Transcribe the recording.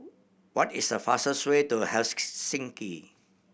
what is the fastest way to